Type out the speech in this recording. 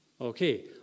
Okay